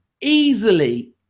easily